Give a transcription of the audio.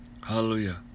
hallelujah